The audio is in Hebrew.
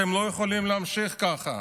אתם לא יכולים להמשיך ככה.